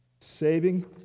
Saving